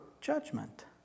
judgment